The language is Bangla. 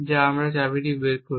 যা আমরা চাবিটি বের করি